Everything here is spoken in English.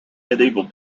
medieval